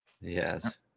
Yes